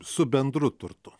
su bendru turtu